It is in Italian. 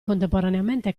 contemporaneamente